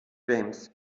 james